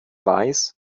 weiß